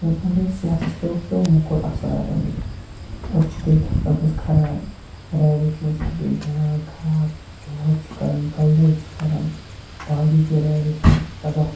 اِنسان سٕنٛدِس صحتَس پٮ۪ٹھ پیو موٚکُر اثرات اَمِکۍ أچھِ گٔے خلقَن ہِنٛز خراب ریڈیشَنو سۭتۍ گٔے دٮ۪ماغ خراب دود چھُ کَران کَلہٕ دٲدۍ چھِ کَران باڈی گٔے ریڈیشنو سۭتۍ تباہ